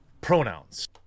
pronouns